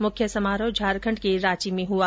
मुख्य समारोह झारखंड के रांची में हुआ